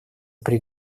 при